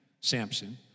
Samson